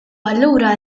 allura